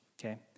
okay